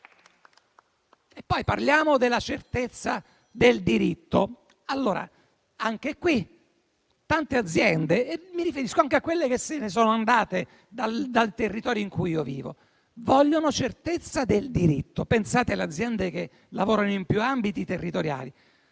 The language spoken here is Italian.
poi, della certezza del diritto. Anche in questo contesto tante aziende (e mi riferisco anche a quelle che se ne sono andate dal territorio in cui io vivo) vogliono certezza del diritto. Pensate alle aziende che lavorano in più ambiti territoriali.